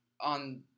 on